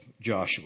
Joshua